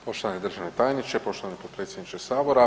Poštovani državni tajniče, poštovani potpredsjedniče sabora.